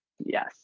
Yes